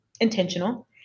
intentional